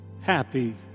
Happy